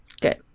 Good